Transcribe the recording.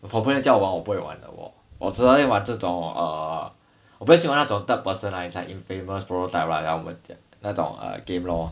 我朋友叫我玩我不会玩的我我只会玩这种 err 我比较喜欢那种 third person lah is like infamous prototype 那种 a game lor